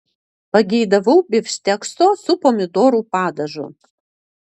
pageidavau bifštekso su pomidorų padažu